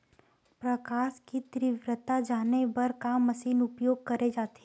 प्रकाश कि तीव्रता जाने बर का मशीन उपयोग करे जाथे?